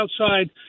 outside